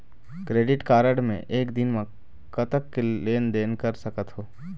Credit card मे एक दिन म कतक के लेन देन कर सकत हो?